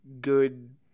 good